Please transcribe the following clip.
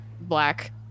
Black